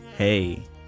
Hey